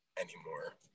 anymore